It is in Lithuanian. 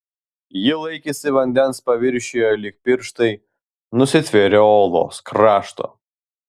ji laikėsi vandens paviršiuje lyg pirštai nusitvėrę uolos krašto